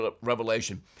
Revelation